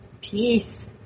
Peace